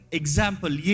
example